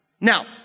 Now